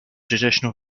traditional